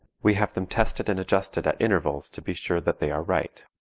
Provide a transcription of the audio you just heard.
we have them tested and adjusted at intervals to be sure that they are right.